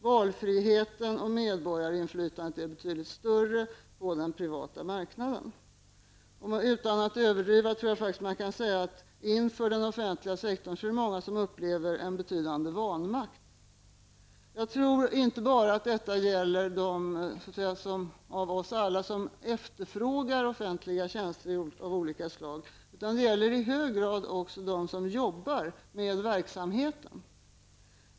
Valfriheten och medborgarinflytandet är betydligt större på den privata marknaden. Utan att överdriva tror jag att många inom den offentliga sektorn upplever en betydande vanmakt. Jag tror inte att detta gäller bara dem som efterfrågar offentliga tjänster av olika slag, utan det gäller i hög grad också dem som jobbar med verksamheten.